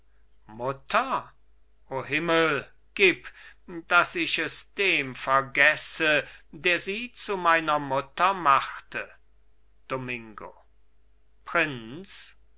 mutter o himmel gib daß ich es dem vergesse der sie zu meiner mutter machte domingo prinz